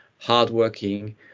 hardworking